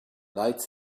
lights